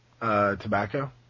tobacco